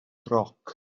roc